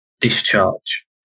discharge